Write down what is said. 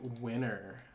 winner